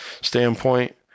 standpoint